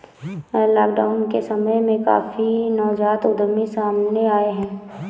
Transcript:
lockdown के समय में काफी नवजात उद्यमी सामने आए हैं